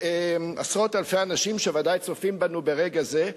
לעשרות אלפי אנשים שוודאי צופים בנו ברגע זה,